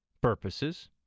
purposes